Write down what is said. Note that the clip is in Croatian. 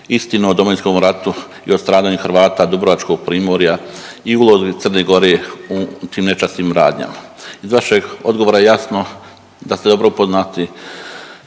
istinu o Domovinskom ratu i o stradanju Hrvata dubrovačkog primorja i ulozi Crne Gore u tim nečasnim radnjama. Iz vašeg odgovora je jasno da ste dobro upoznati